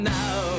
now